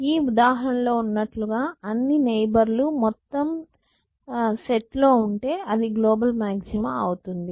ఈ ఉదాహరణలో ఉన్నట్లుగా అన్ని నైబర్ లు మొత్తం సెట్లో ఉంటే అది గ్లోబల్ మాగ్జిమా అవుతుంది